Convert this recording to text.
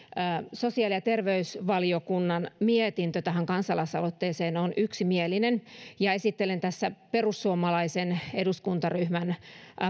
sosiaali ja terveysvaliokunnan mietintö tähän kansalaisaloitteeseen on yksimielinen ja esittelen tässä perussuomalaisen eduskuntaryhmän